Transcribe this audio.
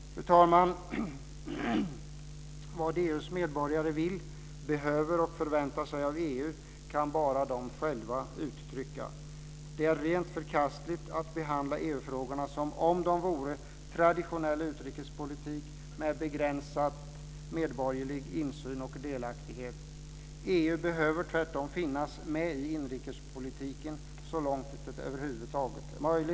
Fru talman! Vad EU:s medborgare vill, behöver och förväntar sig av EU kan bara de själva uttrycka. Det är rent förkastligt att behandla EU-frågorna som om de vore traditionell utrikespolitik med begränsad medborgerlig insyn och delaktighet. EU behöver tvärtom finnas med i inrikespolitiken så långt det över huvud taget är möjligt.